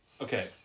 Okay